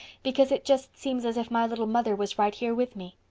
because it just seems as if my little mother was right here with me.